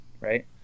right